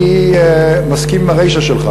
אני מסכים עם הרישה שלך.